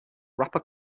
wrapper